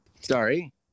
sorry